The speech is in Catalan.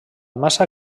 massa